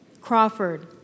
Crawford